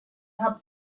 have